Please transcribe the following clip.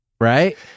right